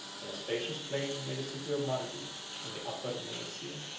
in a spacious plain near the city of margus, in the upper maesia.